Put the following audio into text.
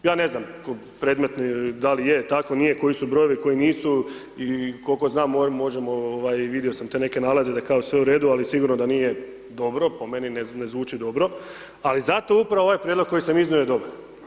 Ja ne znam predmet da li je tako nije, koji su brojevi, koji nisu i kolko znam možemo vidio sam te neke nalaze da je kao sve u redu, ali sigurno da nije dobro, po meni ne zvuči dobro, ali zato upravo ovaj prijedlog koji sam iznio je dobar.